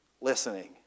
listening